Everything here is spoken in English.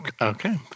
Okay